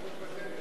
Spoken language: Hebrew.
יש.